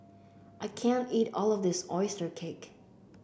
I can't eat all of this oyster cake